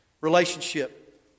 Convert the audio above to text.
relationship